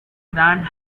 grand